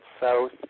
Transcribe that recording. south